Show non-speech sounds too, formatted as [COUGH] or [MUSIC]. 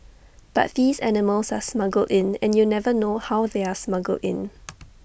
but these animals are smuggled in and you never know how they are smuggled in [NOISE]